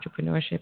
entrepreneurship